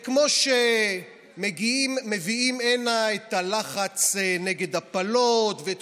כמו שמביאים הנה את הלחץ נגד הפלות ואת